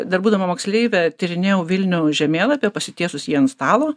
dar būdama moksleive tyrinėjau vilniaus žemėlapį pasitiesus jį ant stalo